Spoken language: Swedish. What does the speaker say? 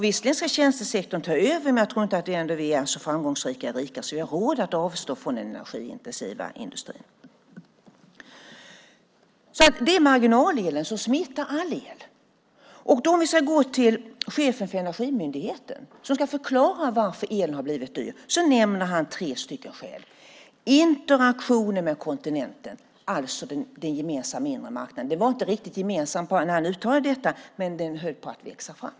Visserligen ska tjänstesektorn ta över, men jag tror ändå inte att vi är så framgångsrika och rika att vi har råd att avstå från den energiintensiva industrin. Det är marginalelen som smittar all el. När chefen för Energimyndigheten ska förklara varför elen har blivit dyr nämner han tre skäl. Han nämner interaktionen med kontinenten, alltså den gemensamma inre marknaden. Den var inte riktigt gemensam när han uttalade detta, men den höll på att växa fram.